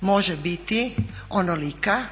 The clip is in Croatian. može biti onolika,